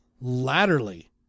Latterly